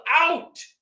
out